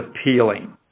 appealing